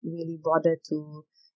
really bother to